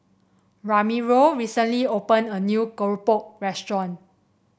Ramiro recently opened a new keropok restaurant